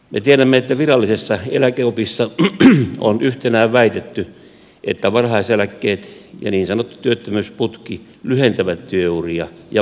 me tiedämme että virallisessa eläkeopissa on yhtenään väitetty että varhaiseläkkeet ja niin sanottu työttömyysputki lyhentävät työuria ja vaikeuttavat ikääntyneiden työllistämistä